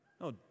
No